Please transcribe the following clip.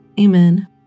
Amen